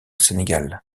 sénégal